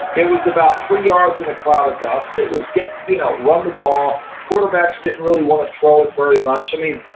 it was about three yards in a cloud of dust. it was you know run the ball. quarterbacks didn't really want to throw it very much. i mean,